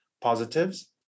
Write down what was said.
positives